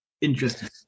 Interesting